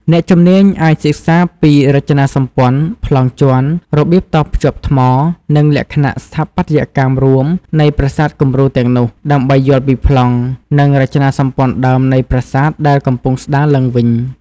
អ្នកជំនាញអាចសិក្សាពីរចនាសម្ព័ន្ធ ប្លង់ជាន់ របៀបតភ្ជាប់ថ្ម និងលក្ខណៈស្ថាបត្យកម្មរួមនៃប្រាសាទគំរូទាំងនោះ ដើម្បីយល់ពីប្លង់ និងរចនាសម្ព័ន្ធដើមនៃប្រាសាទដែលកំពុងស្ដារឡើងវិញ។